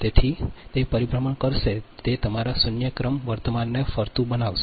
તેથી તે પરિભ્રમણ કરશે તે તમારા શૂન્ય ક્રમ વર્તમાનને ફરતું બનાવશે